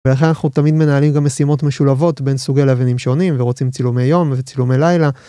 ולכן אנחנו תמיד מנהלים גם משימות משולבות בין סוגי לווינים שונים ורוצים צילומי יום וצילומי לילה.